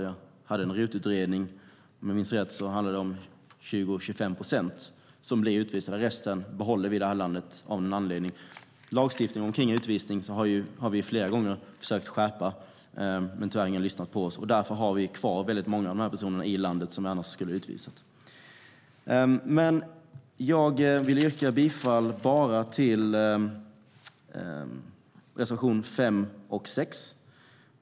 Jag lät göra en RUT-utredning; om jag minns rätt handlar det om 20-25 procent som blir utvisade. Resten behåller vi i det här landet av någon anledning. Lagstiftningen om utvisningen har vi flera gånger försökt skärpa, men tyvärr har ingen lyssnat på oss. Därför har vi kvar väldigt många personer i landet som vi annars skulle ha utvisat. Jag yrkar bifall endast till reservationerna 5 och 6.